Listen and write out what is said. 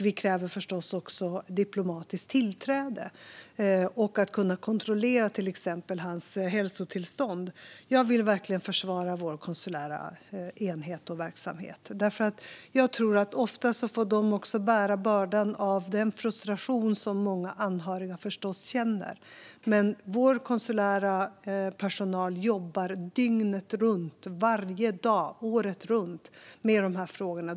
Vi kräver förstås också diplomatiskt tillträde och att kunna kontrollera till exempel hans hälsotillstånd. Men sedan vill jag verkligen försvara vår konsulära enhet och dess verksamhet. Ofta får den bära bördan av den frustration som många anhöriga förstås känner. Vår konsulära personal jobbar dygnet runt, varje dag året runt, med de här frågorna.